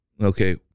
Okay